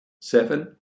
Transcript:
Seven